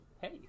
hey